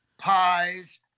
pies